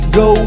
go